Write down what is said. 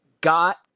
got